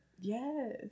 Yes